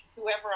whoever